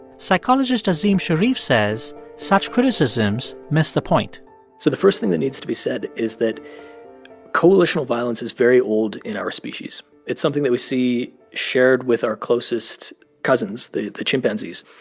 psychologist azim shariff says such criticisms miss the point so the first thing that needs to be said is that coalitional violence is very old in our species. it's something that we see shared with our closest cousins, the the chimpanzees.